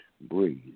breathe